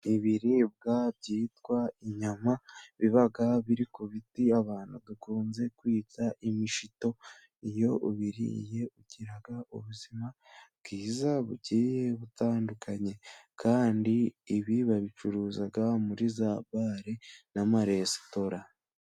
Ibiribwa byitwa inyama biba biri ku biti abantu bakunze kwita imishito, iyo ubiriye ugira ubuzima bwiza bugiye butandukanye kandi ibi babicuruza muri za Bare n'amaresitora.